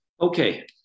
Okay